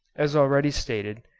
as already stated,